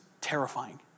terrifying